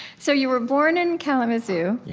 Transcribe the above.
so you were born in kalamazoo,